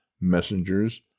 messengers